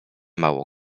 mało